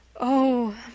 Oh